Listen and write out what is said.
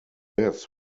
this